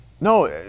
no